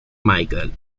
michael